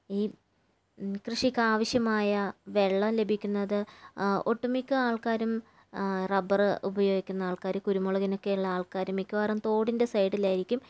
ഈ കൃഷിക്കാവശ്യമായ വെള്ളം ലഭിക്കുന്നത് ഒട്ടുമിക്ക ആൾക്കാരും റബ്ബറ് ഉപയോഗിക്കുന്ന ആൾക്കാര് കുരുമുളകിനൊക്കെയുള്ള ആൾക്കാര് മിക്കവാറും തോടിൻ്റെ സൈഡിലായിരിക്കും